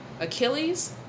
Achilles